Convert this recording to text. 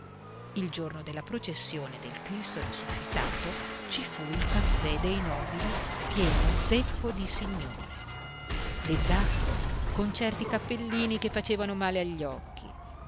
il giorno della processione del cristo risuscitato ci fu il caffè dei nobili pieno zeppo di signore le zacco con certi cappellini che facevano male agli occhi